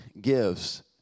gives